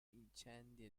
incendi